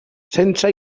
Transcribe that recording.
sense